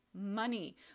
money